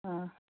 ꯑꯥ